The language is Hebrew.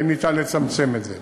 ואם ניתן לצמצם את זה.